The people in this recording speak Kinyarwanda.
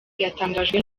yatangajwe